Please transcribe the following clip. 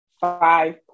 five